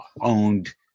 owned